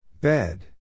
Bed